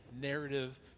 narrative